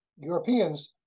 Europeans